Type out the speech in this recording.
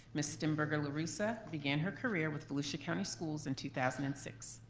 ms. steinberger-larussa began her career with volusia county schools in two thousand and six.